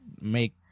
make